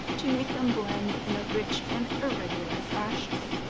to make them blend in a rich and irregular fashion.